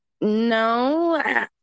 No